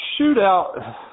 Shootout